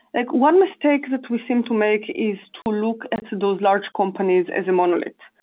like one mistake that we seem to make is to look at those large companies as a monolith.